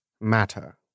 matter